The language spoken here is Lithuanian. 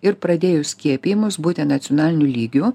ir pradėjus skiepijimus būten nacionaliniu lygiu